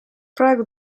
praegu